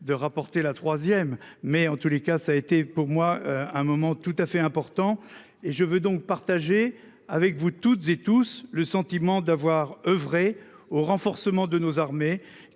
de rapporter la troisième mais en tous les cas ça a été pour moi un moment tout à fait important et je veux donc partager avec vous toutes et tous, le sentiment d'avoir oeuvré au renforcement de nos armées